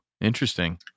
interesting